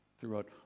throughout